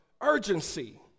urgency